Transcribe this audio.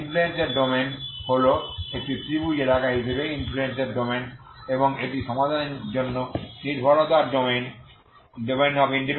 influence এর domain হল একটি ত্রিভুজ এলাকা হিসেবে ইনফ্লুএন্স এর ডোমেইন এবং এটি সমাধানের জন্য নির্ভরতার ডোমেইন